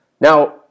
Now